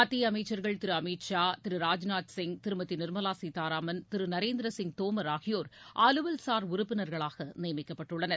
மத்தியஅமைச்சர்கள் திருஅமித் ஷா திரு ராஜ்நாத் சிங் திருமதிநிர்மலாசீதாராமன் திருநரேந்திரசிங் தோமர் ஆகியோர் அலுவல் சார் உறுப்பினர்களாகநியமிக்கப்பட்டுள்ளனர்